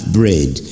bread